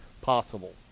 possible